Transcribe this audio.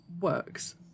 works